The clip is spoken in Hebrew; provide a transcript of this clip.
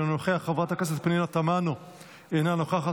אינו נוכח,